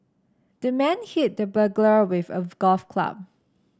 the man hit the burglar with a golf club